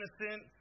innocent